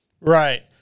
Right